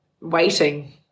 waiting